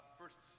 first